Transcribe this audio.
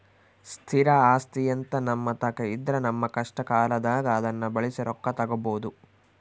ಸ್ಥಿರ ಆಸ್ತಿಅಂತ ನಮ್ಮತಾಕ ಇದ್ರ ನಮ್ಮ ಕಷ್ಟಕಾಲದಾಗ ಅದ್ನ ಬಳಸಿ ರೊಕ್ಕ ತಗಬೋದು